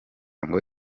ngo